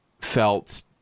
felt